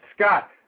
Scott